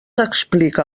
explica